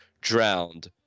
drowned